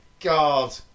God